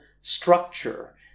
structure